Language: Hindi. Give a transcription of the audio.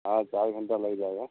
हाँ चार घंटा लग जाएगा